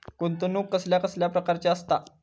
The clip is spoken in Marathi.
गुंतवणूक कसल्या कसल्या प्रकाराची असता?